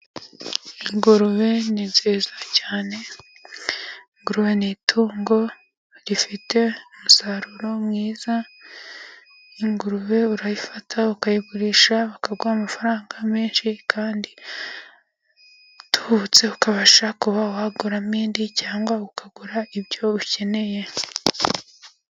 Ingurube ni nziza cyane ,ingurube ni itungo rifite umusaruro mwiza, ingurube urayifata ukayigurisha bakaguha amafaranga menshi kandi atubutse, ukabasha kuba waguramo indi cyangwa ukagura ibyo ukeneye.